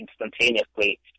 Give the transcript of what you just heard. instantaneously